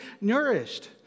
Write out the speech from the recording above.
nourished